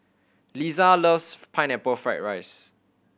Liza loves Pineapple Fried rice